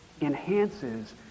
enhances